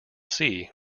sea